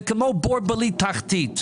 וזה כמו בור בלי תחתית,